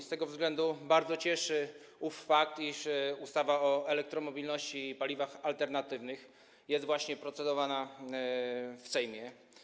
Z tego względu bardzo cieszy fakt, iż ustawa o elektromobilności i paliwach alternatywnych jest właśnie procedowana w Sejmie.